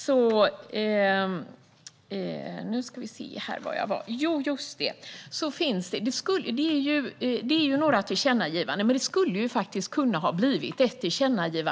Det finns några tillkännagivanden, men det skulle faktiskt ha kunnat bli ett till.